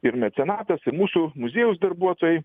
ir mecenatas ir mūsų muziejaus darbuotojai